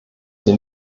sie